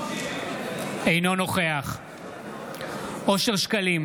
אינו נוכח אושר שקלים,